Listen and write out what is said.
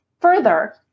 further